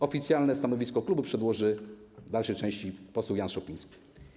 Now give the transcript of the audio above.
Oficjalne stanowisko klubu przedłoży w dalszej części poseł Jan Szopiński.